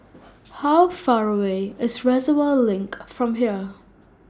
How Far away IS Reservoir LINK from here